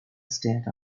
state